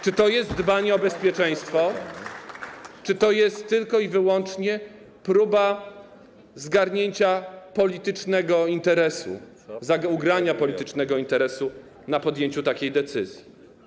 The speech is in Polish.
Czy to jest dbanie o bezpieczeństwo, czy to jest tylko i wyłącznie próba zgarnięcia politycznego interesu, ugrania politycznego interesu na podjęciu takiej decyzji?